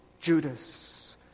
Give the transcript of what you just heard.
Judas